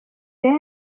rero